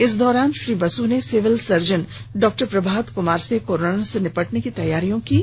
इस दौरान श्री बसु ने सिविल सर्जन डॉ प्रभात कुमार से कोरोना से निपटने की तैयारियों की जानकारी ली